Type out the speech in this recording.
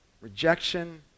Rejection